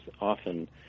often